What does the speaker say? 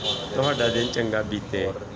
ਤੁਹਾਡਾ ਦਿਨ ਚੰਗਾ ਬੀਤੇ